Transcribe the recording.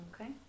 Okay